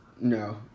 No